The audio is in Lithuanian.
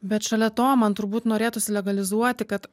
bet šalia to man turbūt norėtųsi legalizuoti kad